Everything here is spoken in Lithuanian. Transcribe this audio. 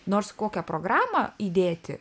nors kokią programą įdėti